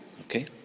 Okay